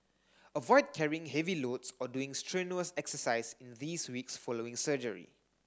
avoid carrying heavy loads or doing strenuous exercise in these weeks following surgery